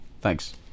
Thanks